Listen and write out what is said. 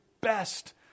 best